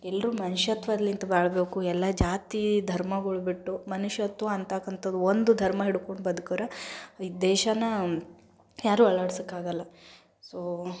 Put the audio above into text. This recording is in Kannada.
ಎಲ್ಲರೂ ಮನ್ಷತ್ವಲ್ಲಿಂದ ಬಾಳಬೇಕು ಎಲ್ಲ ಜಾತಿ ಧರ್ಮಗಳ್ ಬಿಟ್ಟು ಮನುಷ್ಯತ್ವ ಅಂತಕ್ಕಂಥದ್ದು ಒಂದು ಧರ್ಮ ಹಿಡ್ಕೊಂಡು ಬದ್ಕಿರೆ ಈ ದೇಶನ ಯಾರೂ ಅಲ್ಲಾಡ್ಸೋಕ್ಕಾಗಲ್ಲ ಸೋ